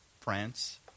France